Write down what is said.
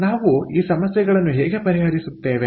ಆದ್ದರಿಂದ ನಾವು ಈ ಸಮಸ್ಯೆಗಳನ್ನು ಹೇಗೆ ಪರಿಹರಿಸುತ್ತೇವೆ